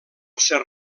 ser